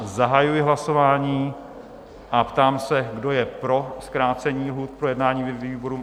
Zahajuji hlasování a ptám se, kdo je pro zkrácení lhůt k projednání ve výboru?